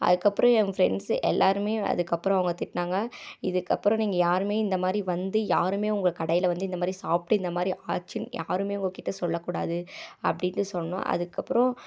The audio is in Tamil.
அதுக்கப்புறம் ஏன் ஃப்ரெண்ட்ஸு எல்லோருமே அதுக்கப்புறம் அவங்க திட்டினாங்க இதுக்கப்புறம் நீங்கள் யாரும் இந்த மாதிரி வந்து யாரும் உங்கள் கடையில் வந்து இந்த மாதிரி சாப்பிட்டு இந்த மாதிரி ஆச்சுன்னு யாருமே உங்கள்கிட்ட சொல்லக்கூடாது அப்படினு சொன்னோம் அதுக்கப்புறம்